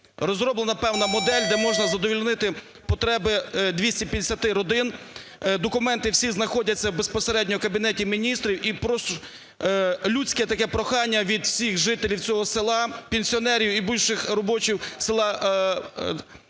розроблена певна модель, де можна задовольнити 250 родин. Документи всі знаходяться безпосередньо в Кабінеті Міністрів. І людське таке прохання від всіх жителів цього села, пенсіонерів і бувших робочих із села і